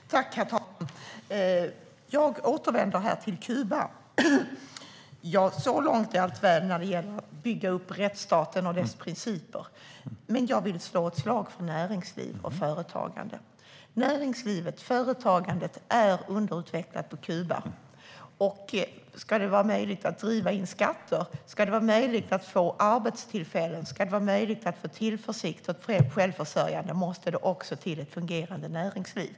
Herr talman! Jag återkommer till Kuba. Så långt är allt väl när det gäller att bygga upp rättsstaten och dess principer. Men jag vill slå ett slag för näringslivet och företagande. Näringslivet och företagandet är underutvecklat på Kuba. Ska det vara möjligt att driva in skatter, att få arbetstillfällen, att få tillförsikt och att få självförsörjande måste det också till ett fungerande näringsliv.